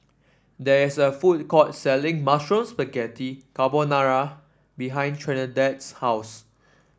there is a food court selling Mushroom Spaghetti Carbonara behind Trinidad's house